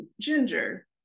ginger